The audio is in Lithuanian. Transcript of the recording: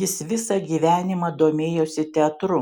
jis visą gyvenimą domėjosi teatru